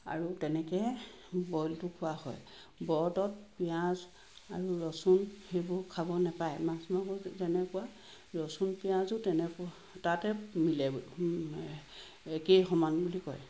আৰু তেনেকৈ বইলটো খোৱা হয় ব্ৰতত পিঁয়াজ আৰু ৰচুন সেইবোৰ খাব নেপায় মাছ মাংস যেনেকুৱা ৰচুন পিঁয়াজো তেনেকুৱা তাতে মিলে একেই সমান বুলি কয়